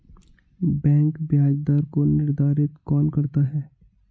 Bank ब्याज दर को निर्धारित कौन करता है?